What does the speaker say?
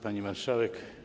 Pani Marszałek!